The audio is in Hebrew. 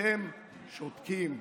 אתם שותקים.